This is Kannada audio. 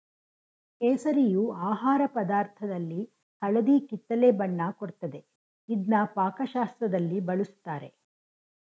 ಕೇಸರಿಯು ಆಹಾರ ಪದಾರ್ಥದಲ್ಲಿ ಹಳದಿ ಕಿತ್ತಳೆ ಬಣ್ಣ ಕೊಡ್ತದೆ ಇದ್ನ ಪಾಕಶಾಸ್ತ್ರದಲ್ಲಿ ಬಳುಸ್ತಾರೆ